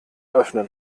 öffnen